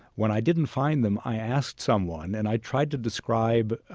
when i didn't find them, i asked someone and i tried to describe